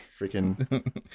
freaking